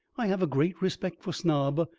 i have a great respect for snob,